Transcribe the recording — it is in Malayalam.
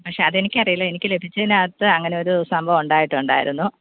പക്ഷേ അതെനിക്കറിയില്ല എനിക്ക് ലഭിച്ചതിനകത്ത് അങ്ങനൊരു സംഭവം ഉണ്ടായിട്ടുണ്ടായിരുന്നു